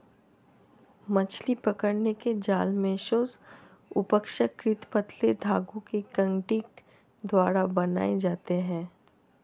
मछली पकड़ने के जाल मेशेस अपेक्षाकृत पतले धागे कंटिंग द्वारा बनाये जाते है